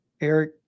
Eric